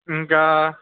ఇంకా